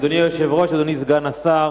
אדוני היושב-ראש, אדוני סגן השר,